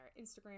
instagram